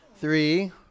three